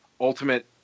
ultimate